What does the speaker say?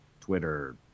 Twitter